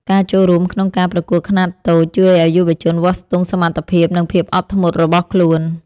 ការចូលរួមក្នុងការប្រកួតខ្នាតតូច ជួយឱ្យយុវជនវាស់ស្ទង់សមត្ថភាព និងភាពអត់ធ្មត់របស់ខ្លួន។